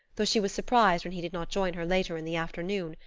though she was surprised when he did not join her later in the afternoon,